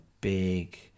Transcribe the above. big